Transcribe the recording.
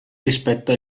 rispetto